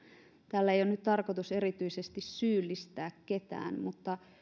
tällä ei ole nyt tarkoitus erityisesti syyllistää ketään mutta